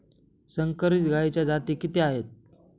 संकरित गायीच्या जाती किती आहेत?